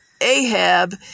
Ahab